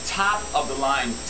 top-of-the-line